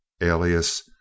alias